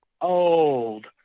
old